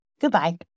Goodbye